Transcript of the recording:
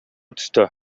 түстө